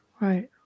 right